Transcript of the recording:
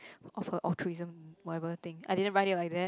of her altruism whatever thing I didn't write it like that